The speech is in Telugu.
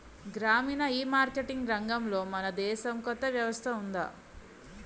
గ్రామీణ ఈమార్కెటింగ్ రంగంలో మన దేశంలో కొత్త వ్యవస్థ ఉందా?